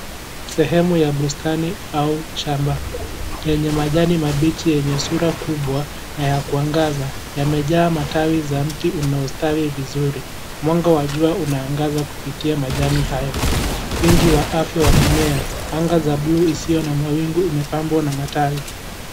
Sehemu ya bustani au shamba lenye majani mabichi yenye sura kubwa na ya kuangaza yamejaa matawi za mti unaostawi vizuri. Mwanga wa jua unaangaza kupitia majani hayo wingi wa afya wa mimea. anga za buluu isiyo na mawingu imepambwa na matawi.